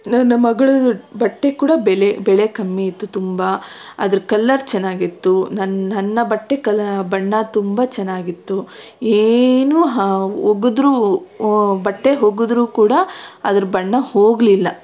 ನನ್ನ ಮಗಳುದ್ ಬಟ್ಟೆ ಕೂಡ ಬೆಲೆ ಬೆಲೆ ಕಮ್ಮಿ ಇತ್ತು ತುಂಬ ಅದ್ರ ಕಲರ್ ಚೆನ್ನಾಗಿತ್ತು ನನ್ನ ನನ್ನ ಬಟ್ಟೆ ಕಲ ಬಣ್ಣ ತುಂಬ ಚೆನ್ನಾಗಿತ್ತು ಏನೂ ಹಾ ಒಗೆದ್ರು ಓ ಬಟ್ಟೆ ಒಗುದ್ರು ಕೂಡ ಅದ್ರ ಬಣ್ಣ ಹೋಗಲಿಲ್ಲ